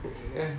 ya